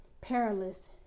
perilous